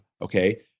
Okay